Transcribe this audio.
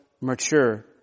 mature